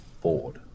Ford